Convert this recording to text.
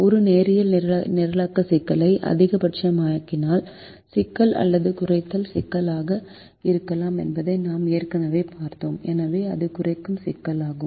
ஒரு நேரியல் நிரலாக்க சிக்கல் அதிகபட்சமயமாக்கல் சிக்கல் அல்லது குறைத்தல் சிக்கலாக இருக்கலாம் என்பதை நாம் ஏற்கனவே பார்த்தோம் எனவே இது குறைக்கும் சிக்கலாகும்